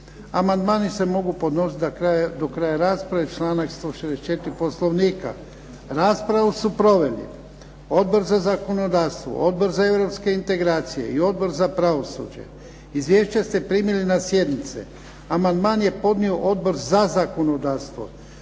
Amandmani se mogu podnositi do kraja rasprave, članak 164. Poslovnika. Raspravu su proveli: Odbor za zakonodavstvo, Odbor za europske integracije i Odbor za pravosuđe. Izvješća ste primili na sjednici. Amandman je podnio Odbor za zakonodavstvo.